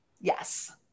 Yes